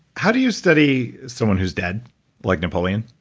how do you study someone who's dead like napoleon?